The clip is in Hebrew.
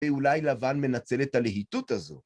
ואולי לבן מנצל את הלהיטות הזו.